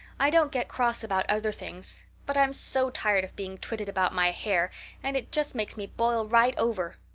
i don't get cross about other things but i'm so tired of being twitted about my hair and it just makes me boil right over.